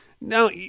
Now